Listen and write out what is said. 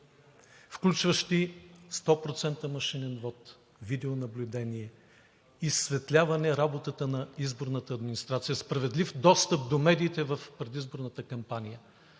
включващи 100% машинен вот, видеонаблюдение, изсветляване работата на изборната администрация, справедлив достъп до медиите в предизборната кампания,